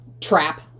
trap